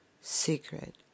secret